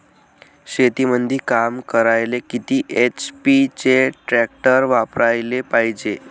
शेतीमंदी काम करायले किती एच.पी चे ट्रॅक्टर वापरायले पायजे?